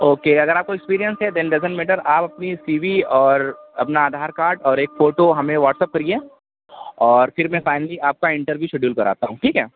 okay اگر آپ کو اکسپرئنس ہے دین ڈزنٹ میٹر آپ اپنی سی وی اور اپنا آدھار کارڈ اور ایک فوٹو ہمیں واٹس ایپ کریے اور پھر میں فائنلی آپ کا انٹرویو شیڈول کراتا ہوں ٹھیک ہے